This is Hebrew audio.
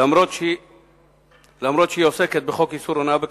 אף שהיא עוסקת בחוק איסור הונאה בכשרות,